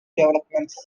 developments